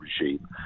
regime